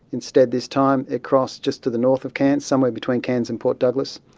instead this time it crossed just to the north of cairns, somewhere between cairns and port douglas,